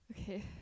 okay